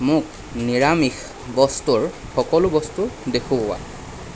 মোক নিৰামিষ বস্তুৰ সকলো বস্তু দেখুওঁৱা